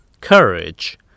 Courage